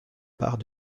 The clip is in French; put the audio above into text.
part